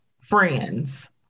friends